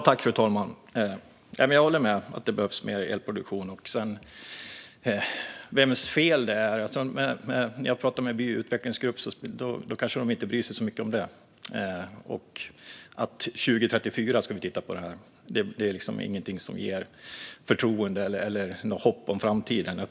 Fru talman! Jag håller med om att det behövs mer elproduktion, men medlemmarna i utvecklingsgruppen i By kanske inte bryr sig så mycket om vems fel det är. Och att man ska titta på det här 2034 är ingenting som inger förtroende eller ger hopp om framtiden.